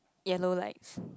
yellow lights